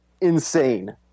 insane